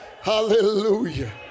Hallelujah